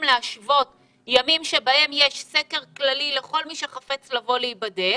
להשוות ימים שבהם יש סקר כללי לכל מי שחפץ לבוא להיבדק